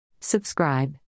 Subscribe